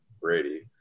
Brady